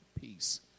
peace